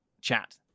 chat